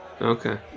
Okay